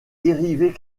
dérivés